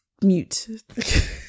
Mute